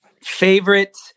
Favorite